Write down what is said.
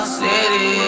city